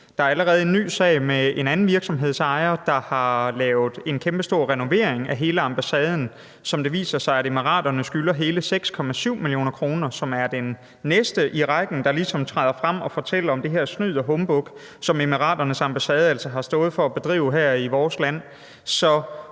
Der er allerede en ny sag med en anden virksomhedsejer, der har lavet en kæmpestor renovering af hele ambassaden, som det viser sig at De Forenede Arabiske Emirater skylder hele 6,7 mio. kr., og som er den næste i rækken, der ligesom træder frem og fortæller om den her snyd og humbug, som De Forenede Arabiske Emiraters ambassade altså har stået for at bedrive her i vores land.